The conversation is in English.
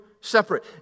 separate